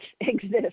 exist